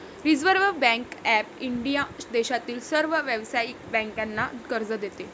reserve Bank of India देशातील सर्व व्यावसायिक बँकांना कर्ज देते